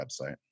website